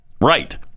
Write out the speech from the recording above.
Right